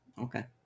Okay